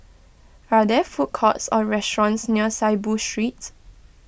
are there food courts or restaurants near Saiboo Street